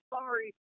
sorry